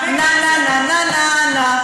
נה, נה, נה, נה, נה, נה, נה, נה, נה.